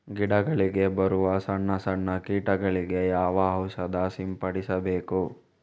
ಗಿಡಗಳಿಗೆ ಬರುವ ಸಣ್ಣ ಸಣ್ಣ ಕೀಟಗಳಿಗೆ ಯಾವ ಔಷಧ ಸಿಂಪಡಿಸಬೇಕು?